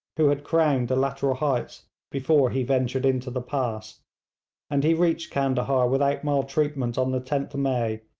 who had crowned the lateral heights before he ventured into the pass and he reached candahar without maltreatment on the tenth may,